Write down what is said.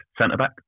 centre-back